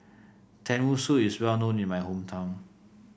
tenmusu is well known in my hometown